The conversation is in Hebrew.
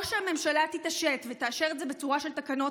או שהממשלה תתעשת ותאשר את זה בצורה של תקנות